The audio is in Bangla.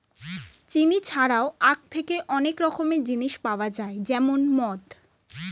চিনি ছাড়াও আখ থেকে অনেক রকমের জিনিস পাওয়া যায় যেমন মদ